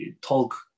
talk